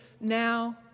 now